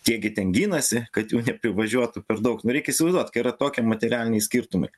tie gi ten ginasi kad jų neprivažiuotų per daug nu reikia įsivaizduot kai yra tokie materialiniai skirtumai